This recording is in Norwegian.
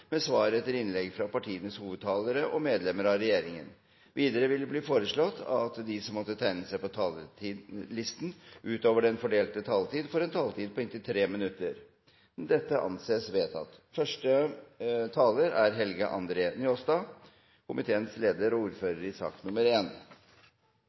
med svar etter innlegg fra partienes hovedtalere og medlemmer av regjeringen innenfor den fordelte taletid. Videre blir det foreslått at de som måtte tegne seg på talerlisten utover den fordelte taletid, får en taletid på inntil 3 minutter. – Det anses vedtatt.